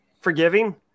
forgiving